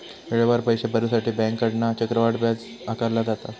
वेळेवर पैशे भरुसाठी बँकेकडना चक्रवाढ व्याज आकारला जाता